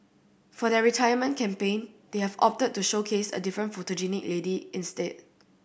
for their retirement campaign they have opted to showcase a different photogenic lady instead